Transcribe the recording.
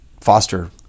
foster